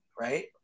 right